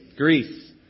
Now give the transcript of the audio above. Greece